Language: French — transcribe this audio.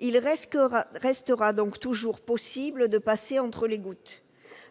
Il restera donc toujours possible de passer entre les gouttes.